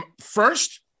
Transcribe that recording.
First